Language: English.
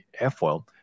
airfoil